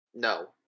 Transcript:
No